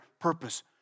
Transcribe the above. purpose